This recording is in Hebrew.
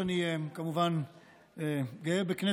הצעת חוק משפחות חיילים שנספו במערכה (תגמולים ושיקום) (תיקון מס'